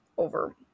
over